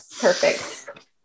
Perfect